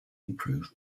improve